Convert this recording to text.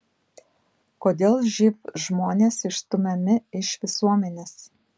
kodėl živ žmonės išstumiami iš visuomenės